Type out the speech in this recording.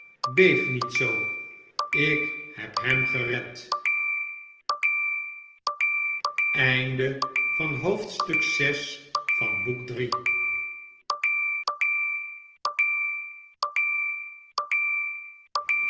beef niet zoo ik heb hem gered